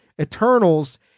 Eternals